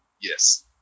Yes